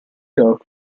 york